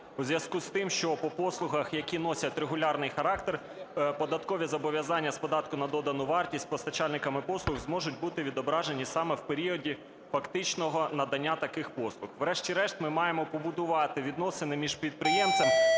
у зв'язку з тим, що по послугах, які носять регулярний характер, податкові зобов'язання з податку на додану вартість постачальниками послуг зможуть бути відображені саме в періоді фактичного надання таких послуг. Врешті-решт, ми маємо побудувати відносини між підприємцем